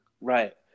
Right